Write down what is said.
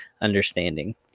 understanding